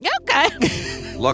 Okay